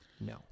no